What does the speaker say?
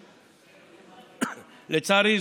לצערי,